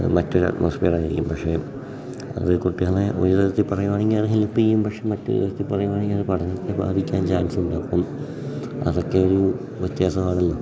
മറ്റൊരു അറ്റ്മോസ്ഫിയറായിരിക്കും പക്ഷേ അത് കുട്ടികളെ ഒരു വിധത്തിൽ പറയുക ആണെങ്കിൽ അത് ഹെൽപ്പ് ചെയ്യും പക്ഷേ മറ്റൊരു വിധത്തിൽ പറയുക ആണെങ്കിൽ അത് പഠനത്തെ ബാധിക്കാൻ ചാൻസുണ്ട് അപ്പം അതൊക്കെ ഒരു വ്യത്യാസമാണല്ലോ